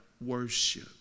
worship